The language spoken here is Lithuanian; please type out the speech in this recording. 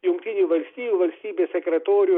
jungtinių valstijų valstybės sekretorių